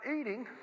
eating